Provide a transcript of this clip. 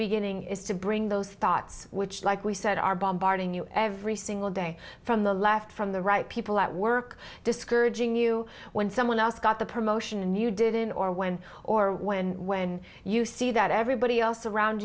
beginning is to bring those thoughts which like we said are bombarding you every single day from the left from the right people at work discouraging you when someone else got the promotion a new didn't or when or when when you see that everybody else around